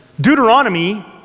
Deuteronomy